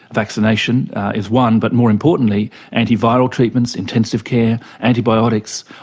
vaccination is one but more importantly anti-viral treatments, intensive care, antibiotics,